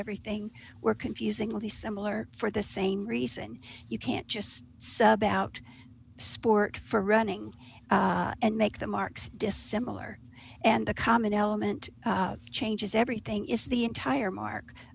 everything were confusingly similar for the same reason you can't just say about sport for running and make the marks dissimilar and the common element changes everything is the entire mark